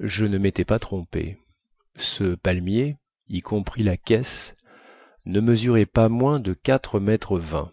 je ne métais pas trompé ce palmier y compris la caisse ne mesurait pas moins de m